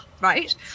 Right